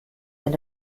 wenn